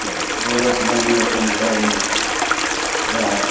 तऽ औरत बनी अपन घरमे रहल